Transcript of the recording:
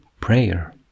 prayer